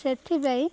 ସେଥିପାଇଁ